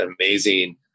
amazing